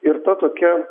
ir ta tokia